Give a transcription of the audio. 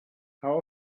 how